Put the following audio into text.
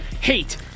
hate